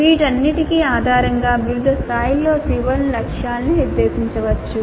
వీటన్నిటి ఆధారంగా వివిధ స్థాయిలలో CO లకు లక్ష్యాన్ని నిర్దేశించవచ్చు